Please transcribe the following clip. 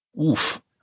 Oof